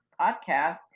podcast